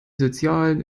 sozialen